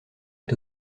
est